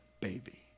baby